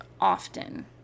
often